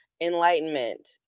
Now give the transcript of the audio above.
enlightenment